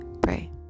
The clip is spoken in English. Pray